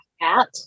hat